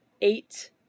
eight